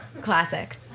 classic